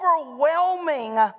overwhelming